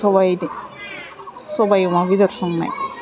सबाइदो सबाइ अमा बेदर संनाय